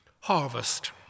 Harvest